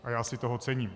A já si toho cením.